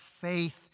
faith